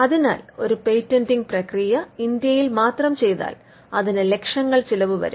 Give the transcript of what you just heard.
അതിനാൽ ഒരു പേറ്റന്റിംഗ് പ്രക്രിയ ഇന്ത്യയിൽ മാത്രം ചെയ്താൽ അതിന് ലക്ഷങ്ങൾ ചിലവ് വരും